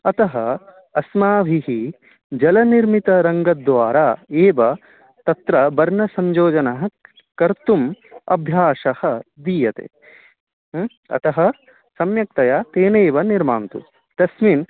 अतः अस्माभिः जलनिर्मितरङ्गद्वारा एव तत्र वर्णसंजोजनं कर्तुं अभ्यासः दीयते ह्म् अतः स्म्यक्तया तेन एव निर्मान्तु तस्मिन्